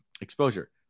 exposure